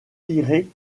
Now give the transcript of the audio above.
tirées